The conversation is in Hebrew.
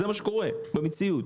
זה מה שקורה במציאות.